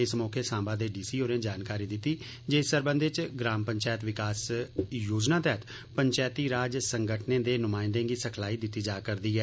इस मौके सांबा दे डीसी होरें जानकारी दित्ती जे इस सरबंधे च ग्राम विकास योजना तैहत पंचैती राज संगठनें दे नुमायंदें गी सिखलाई दित्ती जा करदी ऐ